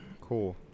Cool